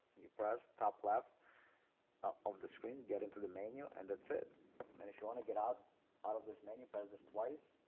you press the top left of the screen get into the menu and that's it and if you want to get um out of this menu, press this twice.